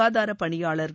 காதாரப்பனியாளர்கள்